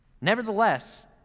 Nevertheless